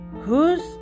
Who's